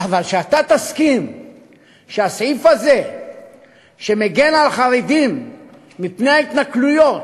אבל שאתה תסכים שהסעיף הזה שמגן על חרדים מפני ההתנכלויות,